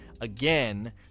Again